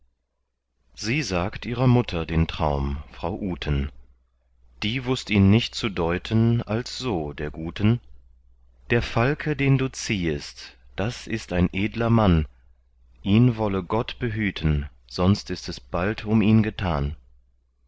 sie sagt ihrer mutter den traum frau uten die wußt ihn nicht zu deuten als so der guten der falke den du ziehest das ist ein edler mann ihn wolle gott behüten sonst ist es bald um ihn getan